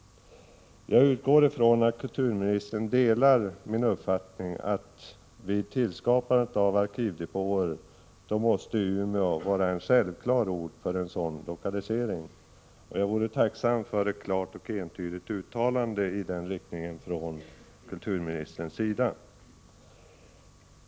Jag utgår ifrån att kulturministern delar min uppfattning att vid tillskapande av arkivdepåer måste Umeå vara en självklar ort för en sådan lokalisering. Jag vore tacksam för ett klart och entydigt uttalande i den riktningen från kulturministerns sida.